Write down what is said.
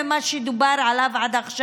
מי בעד?